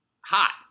hot